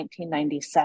1997